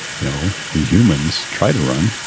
you know, we humans try to run.